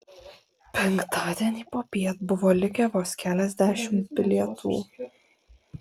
penktadienį popiet buvo likę vos keliasdešimt bilietų